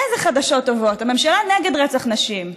איזה חדשות טובות, הממשלה נגד רצח נשים.